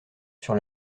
sur